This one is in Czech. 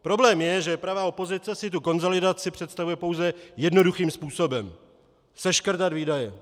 Problém je, že pravá opozice si tu konsolidaci představuje pouze jednoduchým způsobem seškrtat výdaje.